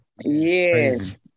Yes